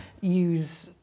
use